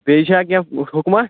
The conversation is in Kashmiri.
بیٚیہِ چھا کیٚنٛہہ حُکُماہ